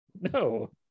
No